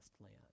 land